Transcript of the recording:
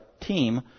team